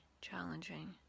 challenging